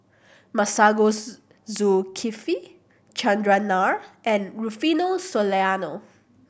Masagos Zulkifli Chandran Nair and Rufino Soliano